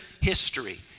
history